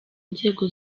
nzego